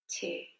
two